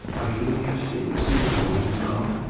are you interested in seeing my new car?